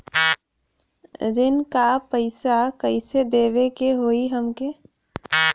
ऋण का पैसा कइसे देवे के होई हमके?